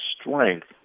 strength